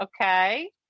okay